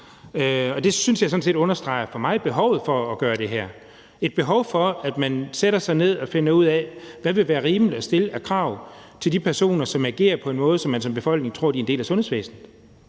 mig understreger behovet for at gøre det her. Der er et behov for, at man sætter sig ned og finder ud af, hvad der ville være rimeligt at stille af krav til de personer, som agerer på en måde, så man som befolkning tror, at de er en del af sundhedsvæsenet.